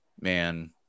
Man